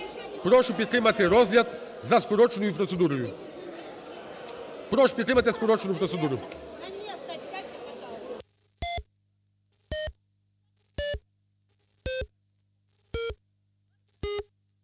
Прошу підтримати розгляд за скороченою процедурою. Прошу підтримати за скороченою процедурою.